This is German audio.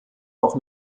auch